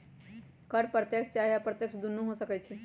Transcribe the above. कर प्रत्यक्ष चाहे अप्रत्यक्ष दुन्नो हो सकइ छइ